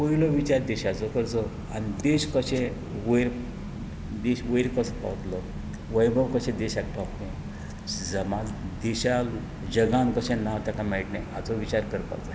पयलो विचार देशाचो करचो आनी देश कशें वयर देश वयर कसो पांवतलो वैभव कशें देशाचे पावतलें समाज जगांत देशाक नांव कशें ताका मेळटलें हाचो विचार करपाक जाय